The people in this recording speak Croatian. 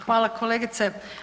Hvala kolegice.